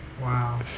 Wow